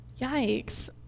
Yikes